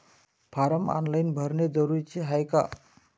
Form online भरने जरुरीचे हाय का?